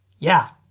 yeah.